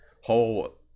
whole